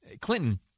Clinton